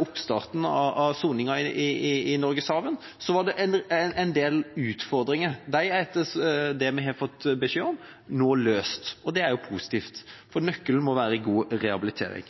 oppstarten av soningsoverføringen til Norgerhaven var det en del utfordringer, og de er etter det vi har fått beskjed om nå løst, og det er positivt, for nøkkelen må være god rehabilitering.